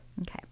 okay